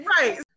Right